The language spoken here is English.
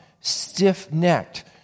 stiff-necked